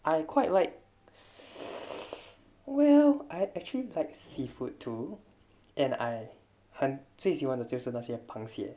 I quite like well I actually black seafood too and I have sweets you wanted 就是那些螃蟹